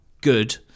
good